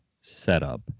setup